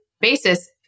basis